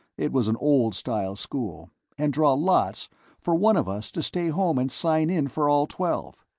it was an old-style school and draw lots for one of us to stay home and sign in for all twelve.